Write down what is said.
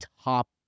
top